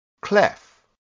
clef